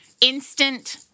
Instant